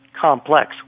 complex